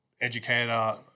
educator